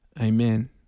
Amen